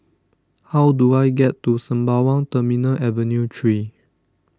how do I get to Sembawang Terminal Avenue three